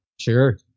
sure